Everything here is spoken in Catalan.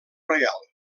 reial